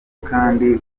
kandi